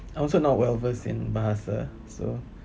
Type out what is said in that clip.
I also not well-versed in bahasa so